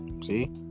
See